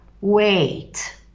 wait